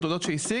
לפי התעודות שהשיג,